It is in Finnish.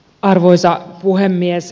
arvoisa puhemies